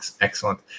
excellent